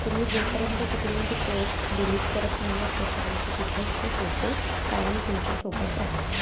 तुम्ही जोपर्यंत तिकडून ती पोस्ट डिलीट करत नाही आहात तोपर्यंत तिथेच ते फोटो कायम तुमच्यासोबत राहातात